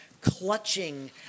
clutching